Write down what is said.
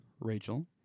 rachel